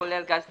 כולל גז טבעי.